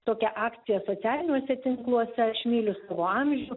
tokią akciją socialiniuose tinkluose aš myliu savo amžių